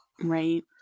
Right